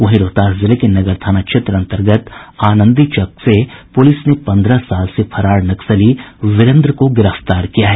वहीं रोहतास जिले के नगर थाना क्षेत्र अन्तर्गत आनंदीचक से पुलिस ने पन्द्रह साल से फरार नक्सली वीरेन्द्र को गिरफ्तार किया है